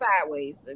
sideways